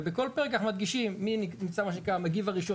ובכל פרק אנחנו מדגישים מי המגיב הראשון,